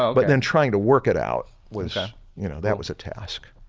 um but then trying to work it out was you know, that was a task.